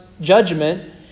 judgment